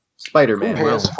Spider-Man